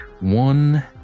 One